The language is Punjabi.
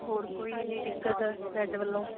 ਹੋਰ ਕੋਈ ਜੀ ਦਿੱਕਤ ਬੈੱਡ ਵੱਲੋਂ